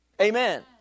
Amen